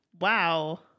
Wow